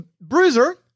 bruiser